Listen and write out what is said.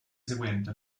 seguente